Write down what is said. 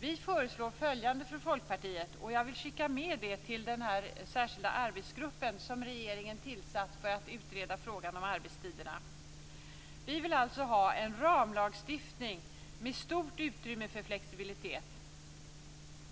Jag vill skicka med det vi från Folkpartiet föreslår till den särskilda arbetsgrupp som regeringen tillsatt för att utreda frågan om arbetstiderna. Vi vill ha en ramlagstiftning med stort utrymme för flexibilitet.